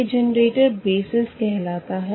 यह generator basis कहलाता है